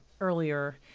earlier